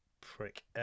prick